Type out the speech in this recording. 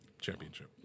championship